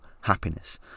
happiness